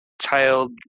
child